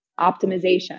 optimization